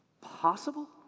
possible